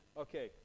okay